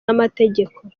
n’amategeko